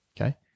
Okay